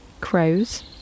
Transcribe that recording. crows